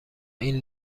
این